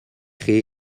chi